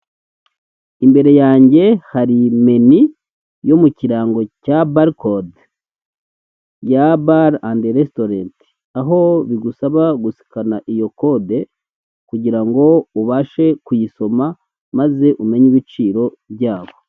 Imbere yanjye hari meni yo mu kirango cya barlcord ya bar and restaurant aho bigusaba gusikana iyo kode kugirango ubashe kuyisoma maze umenye ibiciro byaho.